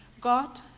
god